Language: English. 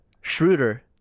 Schroeder